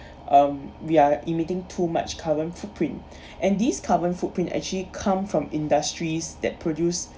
um we are emitting too much carbon footprint and these carbon footprint actually come from industries that produce